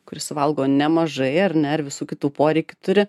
kuris suvalgo nemažai ar ne ir visų kitų poreikių turi